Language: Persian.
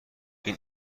این